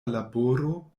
laboro